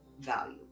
value